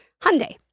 Hyundai